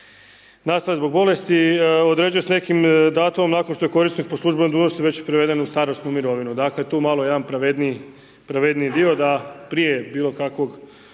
nastale zbog bolesti određuje s nekim datumom nakon što je korisnik po službenoj dužnosti već preveden u starosnu mirovinu, dakle tu malo jedan pravedniji, pravedniji dio da prije bilo kakvog